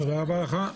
תודה רבה לך.